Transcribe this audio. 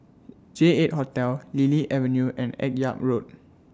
J eight Hotel Lily Avenue and Akyab Road